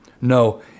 No